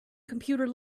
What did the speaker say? computer